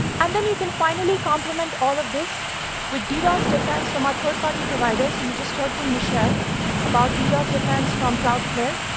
and then you can finally complement all of this with ddos defense from our third party provider. so you just heard from michelle about ddos defense from cloudflare.